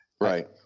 Right